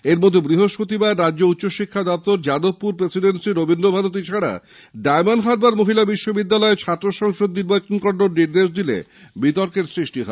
এরমধ্যে বৃহস্পতিবার রাজ্য উচ্চশিক্ষা দপ্তর যাদবপুর প্রেসিডেন্সি রবীন্দ্রভারতী ছাড়া ডায়মন্ডহারবার মহিলা বিশ্ববিদ্যালয়ে ছাত্র সংসদ নির্বাচন করানোর নির্দেশ দিলে বিতর্কের সৃষ্টি হয়